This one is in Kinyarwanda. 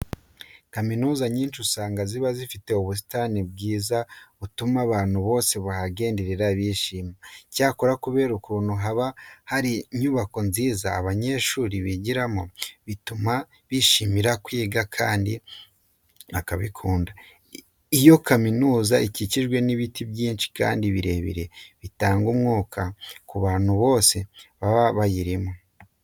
Kaminuza nyinshi usanga ziba zifite ubusitani bwiza butuma abantu bose bahagenderera bahishimira. Icyakora kubera ukuntu haba hari inyubako nziza abanyeshuri bigiramo, bituma bishimira kwiga kandi bakabikunda. Iyo kaminuza ikikijwe n'ibiti byinshi kandi birebire, bitanga umwuka ku bantu bose baba bayirimo.